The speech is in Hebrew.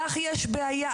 לך יש בעיה,